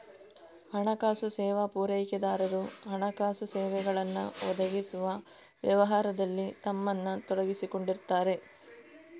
ಹಣಕಾಸು ಸೇವಾ ಪೂರೈಕೆದಾರರು ಹಣಕಾಸು ಸೇವೆಗಳನ್ನ ಒದಗಿಸುವ ವ್ಯವಹಾರದಲ್ಲಿ ತಮ್ಮನ್ನ ತೊಡಗಿಸಿಕೊಂಡಿರ್ತಾರೆ